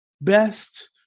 best